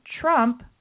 Trump